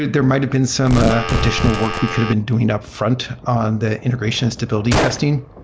there might've been some ah additional work we could have been doing upfront on the integration stability testing,